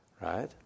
Right